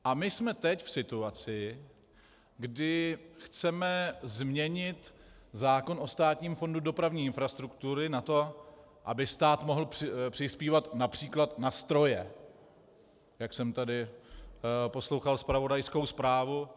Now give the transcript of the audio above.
A my jsme teď v situaci, kdy chceme změnit zákon o Státním fondu dopravní infrastruktury na to, aby stát mohl přispívat například na stroje, jak jsem tady poslouchal zpravodajskou zprávu.